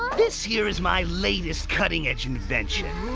this here is my latest cutting-edge invention.